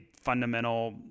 fundamental